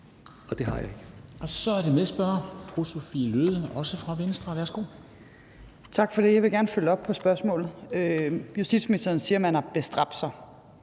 Dam Kristensen): Så er det medspørger fru Sophie Løhde, også fra Venstre. Værsgo. Kl. 13:05 Sophie Løhde (V): Tak for det. Jeg vil gerne følge op på spørgsmålet. Justitsministeren siger, at man har bestræbt sig,